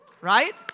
Right